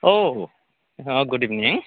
औ हा गुद इभिनिं